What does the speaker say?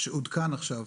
שעודכן עכשיו